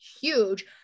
huge